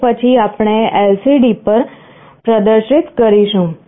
તે પછી આપણે LCD પર પ્રદર્શિત કરીશું